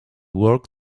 work